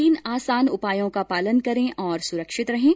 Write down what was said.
तीन आसान उपायों का पालन करें और सरक्षित रहें